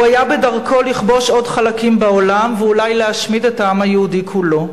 הוא היה בדרכו לכבוש עוד חלקים בעולם ואולי להשמיד את העם היהודי כולו.